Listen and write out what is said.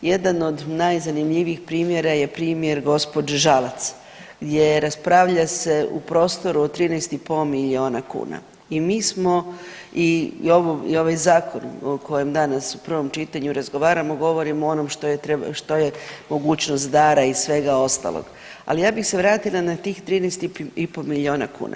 Jedan od najzanimljivijih primjera je primjer gđe. Žalac gdje raspravlja se u prostoru od 13,5 milijuna kuna i mi smo i ovaj zakon o kojem danas u prvom čitanju razgovaramo govorimo o onom što je, što je mogućnost dara i svega ostalog, ali ja bih se vratila na tih 13,5 milijuna kuna.